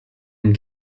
and